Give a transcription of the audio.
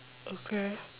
okay